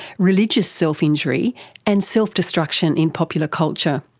religious self-injury and self-destruction in popular culture.